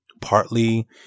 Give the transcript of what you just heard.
partly